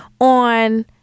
on